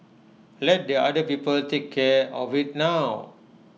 let the other people take care of IT now